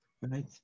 right